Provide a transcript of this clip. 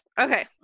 Okay